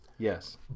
Yes